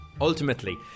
Ultimately